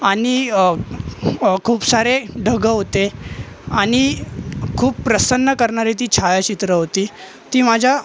आणि खूप सारे ढग होते आणि खूप प्रसन्न करणारे ती छायाचित्रं होती ती माझ्या